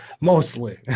mostly